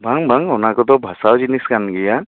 ᱵᱟᱝ ᱵᱟᱝ ᱚᱱᱟ ᱠᱚᱫᱚ ᱵᱷᱟᱥᱟᱣ ᱡᱤᱱᱤᱥ ᱠᱟᱱ ᱜᱮᱭᱟ